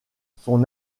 son